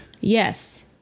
Yes